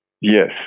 Yes